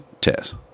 test